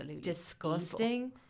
disgusting